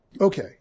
Okay